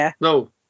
No